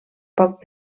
poc